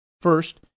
First